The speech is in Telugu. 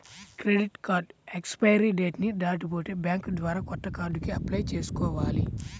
క్రెడిట్ కార్డు ఎక్స్పైరీ డేట్ ని దాటిపోతే బ్యేంకు ద్వారా కొత్త కార్డుకి అప్లై చేసుకోవాలి